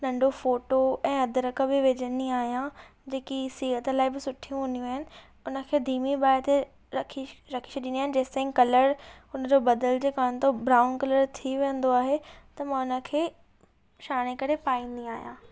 नंढ़ो फोटो ऐं अदरक बि विझंदी आयां जेके सिहत लाइ बि सुठियूं हूंदियूं आहिनि हुन खे धिमी बाहि त रखी रखी छॾींदी आहियां जेसीं ताईं कलर हुन जो बदलजे कान तो ब्राउन कलर थी वेंदो आहे त मां हुन खे छाणे करे पाईंदी आहियां